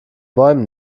bäumen